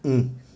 mm